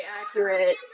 accurate